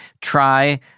try